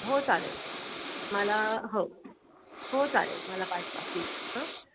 हो चालेल मला हो हो चालेल मला पाठवा प्लीज हं